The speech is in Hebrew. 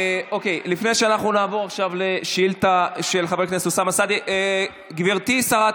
לפני שנעבור על השאילתה של חבר הכנסת אוסאמה סעדי גברתי שרת